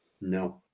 No